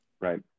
right